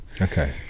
Okay